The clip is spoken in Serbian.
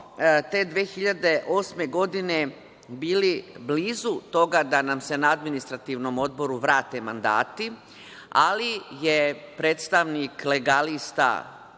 te 2008. godine bili blizu toga da nam se na Administrativnom odboru vrate mandati, ali je predstavnik legalista